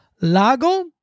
Lago